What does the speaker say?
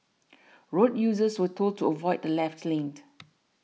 road users were told to avoid the left late